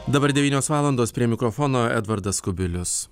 dabar devynios valandos prie mikrofono edvardas kubilius